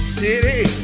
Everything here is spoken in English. city